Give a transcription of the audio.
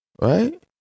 Right